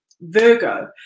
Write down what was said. Virgo